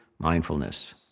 mindfulness